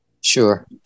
Sure